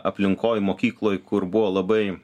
aplinkoj mokykloj kur buvo labai